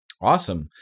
Awesome